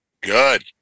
Good